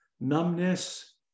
numbness